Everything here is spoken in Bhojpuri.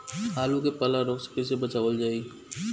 आलू के पाला रोग से कईसे बचावल जाई?